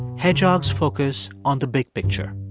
hedgehogs focus on the big picture.